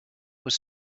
was